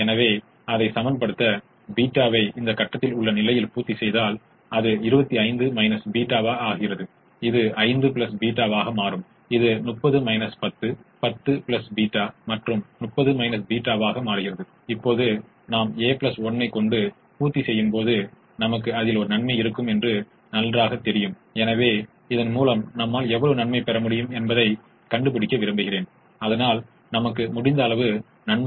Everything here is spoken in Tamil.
எனவே அதற்கு சமமான தீர்வு நம்மிடம் இருக்கலாம் ஆனால் அதைவிட பெரிய தீர்வைக் கொண்டிருக்க முடியாது ப்ரைமலின் ப்ரிமலின் மதிப்பு பெரிதாக இருக்காது இரட்டை அதிகமாகவோ அல்லது அதற்கு சமமாகவோ இருக்கும் எந்தவொரு விடயத்தையும் விட குறைவாக இருக்காது முதன்மை